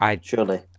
surely